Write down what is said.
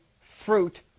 fruit